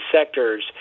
sectors